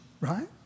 right